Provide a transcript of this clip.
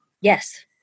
Yes